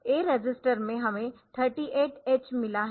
A register में हमें 38 H मिला है